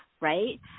right